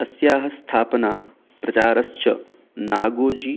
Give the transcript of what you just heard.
अस्याः स्थापना प्रचारश्च नागोजिः